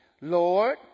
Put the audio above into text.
Lord